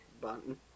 button